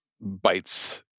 bites